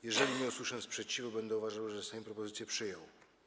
Jeżeli nie usłyszę sprzeciwu, będę uważał, że Sejm propozycję przyjął.